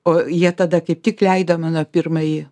o jie tada kaip tik leido mano pirmąjį